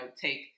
take